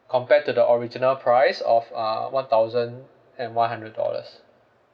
compare to the original price of uh one thousand and one hundred dollars